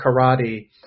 Karate